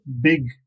big